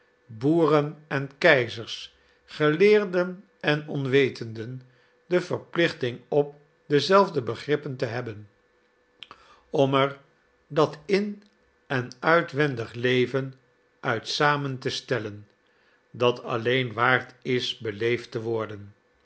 boeren en keizers geleerden en onwetenden de verplichting op dezelfde begrippen te hebben om er dat in en uitwendig leven uit samen te stellen dat alleen waard is beleefd te worden